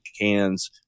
cans